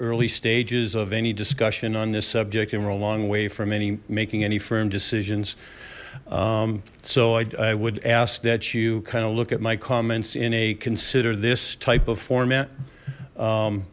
early stages of any discussion on this subject and we're a long way from any making any firm decisions so i would ask that you kind of look at my comments in a consider this type of format